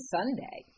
Sunday